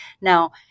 Now